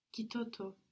Kitoto